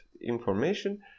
information